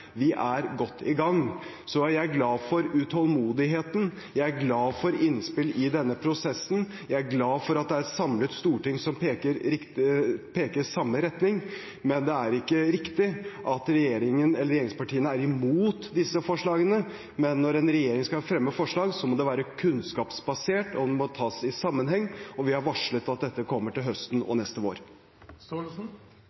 Vi er godt i gang. Så er jeg glad for utålmodigheten, jeg er glad for innspill i denne prosessen, jeg er glad for at det er et samlet storting som peker i samme retning. Det er ikke riktig at regjeringen eller regjeringspartiene er imot disse forslagene, men når en regjering skal fremme forslag, må det være kunnskapsbasert, og det må tas i sammenheng. Vi har varslet at dette kommer til høsten og